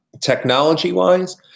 Technology-wise